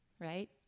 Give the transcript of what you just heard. right